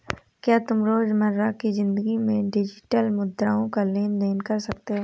क्या तुम रोजमर्रा की जिंदगी में डिजिटल मुद्राओं का लेन देन कर सकते हो?